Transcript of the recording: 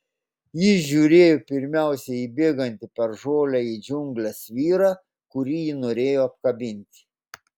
ji žiūrėjo pirmiausia į bėgantį per žolę į džiungles vyrą kurį ji norėjo apkabinti